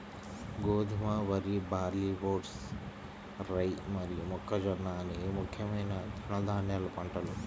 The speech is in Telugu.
గోధుమ, వరి, బార్లీ, వోట్స్, రై మరియు మొక్కజొన్న అనేవి ముఖ్యమైన తృణధాన్యాల పంటలు